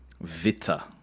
Vita